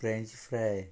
French fry